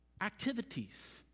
Activities